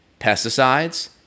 pesticides